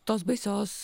tos baisios